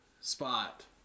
spot